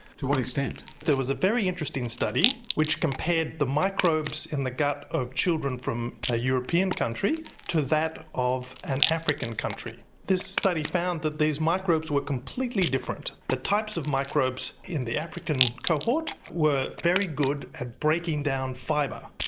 to what extent? there was a very interesting study which compared the microbes in the gut of children from a european country to that of an african country. this study found that these microbes were completely different. the types of microbes in the african cohort were very good at breaking down fibre.